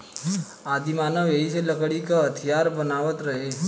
आदिमानव एही से लकड़ी क हथीयार बनावत रहे